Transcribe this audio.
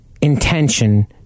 intention